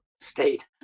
state